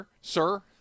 sir